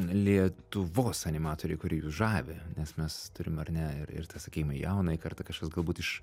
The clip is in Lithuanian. lietuvos animatoriai kurie jus žavi nes mes turim ar ne ir ir tą sakykim jaunąją kartą kažkas galbūt iš